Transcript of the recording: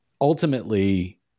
Ultimately